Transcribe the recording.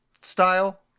style